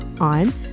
on